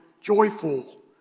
joyful